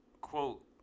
quote